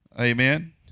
Amen